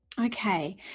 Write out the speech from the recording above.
Okay